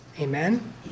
Amen